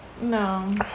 No